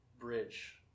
bridge